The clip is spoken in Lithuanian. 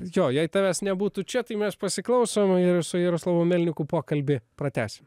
jo jei tavęs nebūtų čia tai mes pasiklausom ir su jaroslavu melniku pokalbį pratęsim